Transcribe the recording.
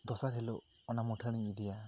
ᱫᱚᱥᱟᱨ ᱦᱤᱞᱚᱜ ᱚᱱᱟ ᱢᱩᱴᱷᱟᱹᱱ ᱤᱧ ᱤᱫᱤᱭᱟ